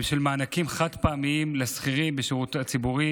של מענקים חד-פעמיים לשכירים בשירות הציבורי